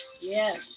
Yes